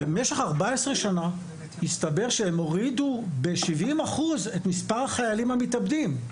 במשך 14 שנה הסתבר שהם הורידו ב-70% את מספר החיילים המתאבדים.